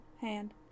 hand